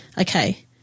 okay